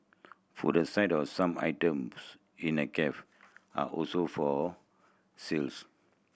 food aside of some items in the cafe are also for sales